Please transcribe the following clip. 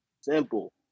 Simple